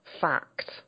fact